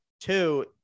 two